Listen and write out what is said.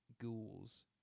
ghouls